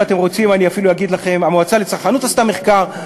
אם אתם רוצים אני אפילו אגיד לכם שהמועצה לצרכנות עשתה מחקר,